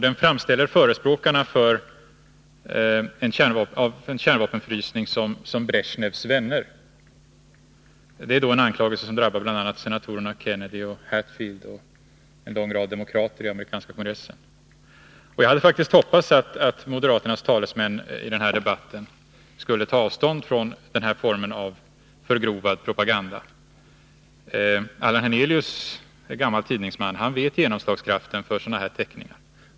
Den framställer förespråkarna för en kärnvapenfrysning som Bresjnevs vänner. Det är ändå en anklagelse som drabbar bl.a. senatorerna Kennedy och Hatfield och en lång rad demokrater i den amerikanska kongressen. Jag hade faktiskt hoppats att moderaternas talesmän i den här debatten skulle ta avstånd från den här formen av förgrovad propaganda. Allan Hernelius är gammal tidningsman, och han känner till genomslagskraften för sådana här teckningar.